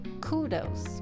Kudos